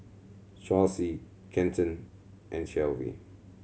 Chauncey Kenton and Clevie